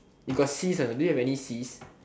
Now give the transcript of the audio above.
you got Cs or not do you have any Cs